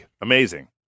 Amazing